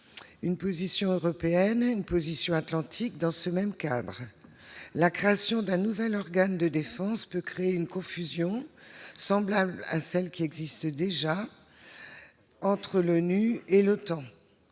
une position européenne et une position atlantique dans ce même cadre ? La création d'un nouvel organe de défense pourrait créer une confusion semblable à celle qui existe déjà entre l'ONU et l'OTAN.